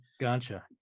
Gotcha